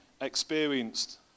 experienced